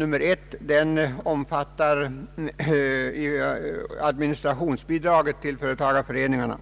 Reservationen 1 omfattar administrationsbidraget till företagareföreningarna.